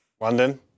London